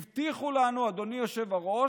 הבטיחו לנו, אדוני היושב-ראש,